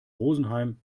rosenheim